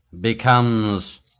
becomes